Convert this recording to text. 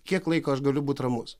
kiek laiko aš galiu būt ramus